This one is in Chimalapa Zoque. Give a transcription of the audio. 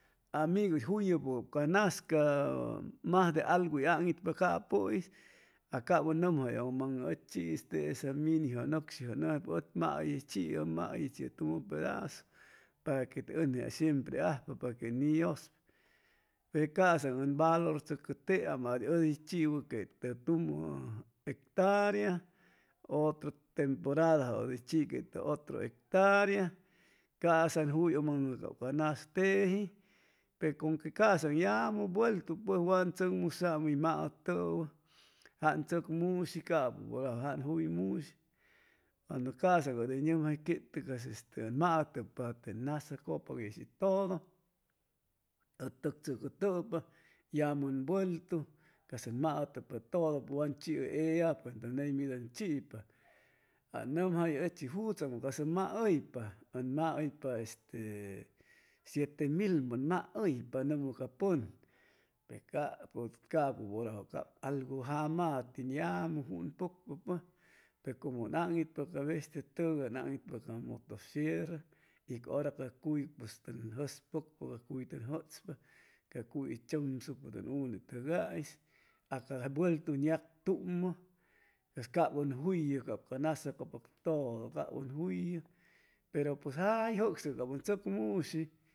Amigu hʉy juyʉ cap ca nas ca majde algu hʉy aŋitpa capʉis a cap ʉn nʉmjayʉŋmaŋʉ ʉchi'is tesa minijʉ nʉcshijʉ nʉmjaipa ʉ mahʉychiʉ ʉ maychiʉ tumʉ pedazo para que te ʉnje shempre ajpa paque ni yʉspa pe casaŋ ʉn valor chʉcʉ team adios ʉd hʉy chiwʉ tumʉ hectarea otro temporadajʉ hʉy chiquetʉ otro hectarea ca'sa ʉn juyʉŋmaŋʉ cap ca na teji pe conque casam yamʉ vueltu pʉj wan tzʉcmusaam hʉy maʉtʉwʉ jan tzʉcmushi capʉ bʉra jan tzʉcmushi cuando casaŋ ʉd hʉy mnʉmjayquetʉ cas este ʉn maʉtʉpa te nas acʉpag yeshi todo ʉ tʉk tzʉcʉtʉpa llmʉ ʉn vueltu cas ʉn maʉtʉpa todo wan chiʉ ellapʉ ney mid ʉn chipa an nʉmjallʉ ochiis juchaŋ cas ʉm mahʉypa ʉn mahʉypa este sietemilmʉ ʉn mahʉypa nʉmʉ ca pʉn capʉ bʉra cap algu jamtin llamʉ jun pʉcpa pero pe como ʉn aŋitpa ca bestiatʉgay ʉn aŋitpa ca motosierra y ca hor c cuy pues ʉn jʉspʉcʉ cuy tʉn jʉchpa ca cuy tzʉmsucpa can unetʉgis a ca vueltu ʉn yactumʉ cas cap ʉn jullʉ cap ca nas acʉpak todo cap ʉn jullʉ pero cap jay jʉcsʉc cap ʉn tzʉcmushi